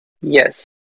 Yes